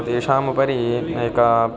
तेषाम् उपरि एका